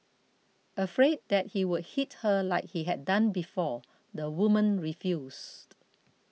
afraid that he would hit her like he had done before the woman refused